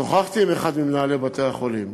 שוחחתי עם אחד ממנהלי בתי-החולים,